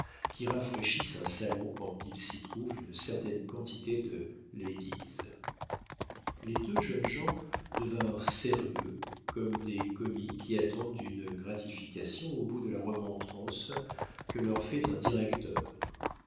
qui rafraîchissent un salon quand il s'y trouve une certaine quantité de ladies les deux jeunes gens devinrent sérieux comme des commis qui attendent une gratification au bout de la remontrance que leur fait un directeur